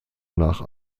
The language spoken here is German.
nach